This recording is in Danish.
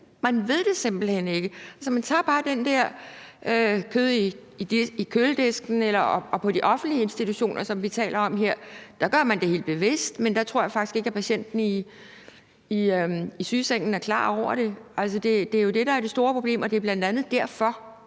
Man ved det simpelt hen ikke, så man tager bare det der kød i køledisken, og på de offentlige institutioner, som vi taler om her, gør man det helt bevidst, men der tror jeg faktisk ikke, at patienten i sygesengen er klar over det. Det er det, der er det store problem, og det er bl.a. derfor,